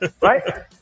right